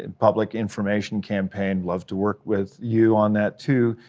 and public information campaign, love to work with you on that to,